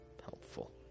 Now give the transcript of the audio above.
helpful